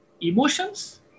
emotions